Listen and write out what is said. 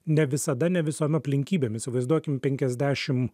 ne visada ne visom aplinkybėm įsivaizduokim penkiasdešim